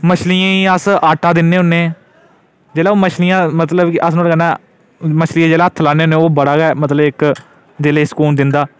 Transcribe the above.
मछलियें गी अस आटा दिन्ने होन्ने जिसलै मछलियां गी हत्थ लाने होने ओह् बड़ा मतलब इक दिलै गी सकून दिंदा